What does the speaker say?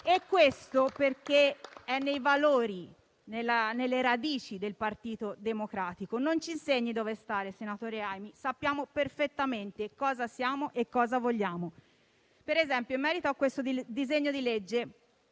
E questo è nei valori e nelle radici del Partito Democratico. Non ci insegni dove stare, senatore Aimi: sappiamo perfettamente cosa siamo e cosa vogliamo. Per esempio, in merito a questo disegno di legge,